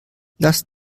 lass